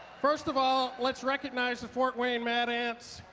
first of all, let's recognize the fort wayne mad ants,